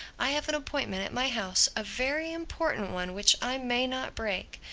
i have an appointment at my house a very important one which i may not break.